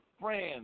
Friends